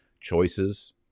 choices